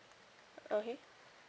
okay